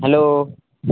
hello